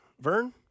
Vern